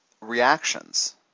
reactions